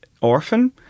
Orphan